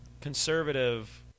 conservative